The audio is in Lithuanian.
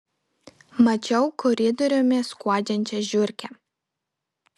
mačiau koridoriumi skuodžiančią žiurkę